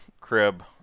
crib